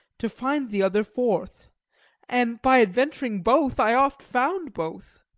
to find the other forth and by adventuring both i oft found both.